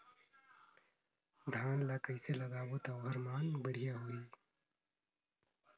धान कर ला कइसे लगाबो ता ओहार मान बेडिया होही?